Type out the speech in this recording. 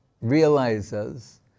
realizes